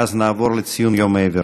ואז נעבור לציון יום העיוור.